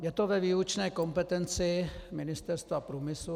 Je to ve výlučné kompetenci Ministerstva průmyslu.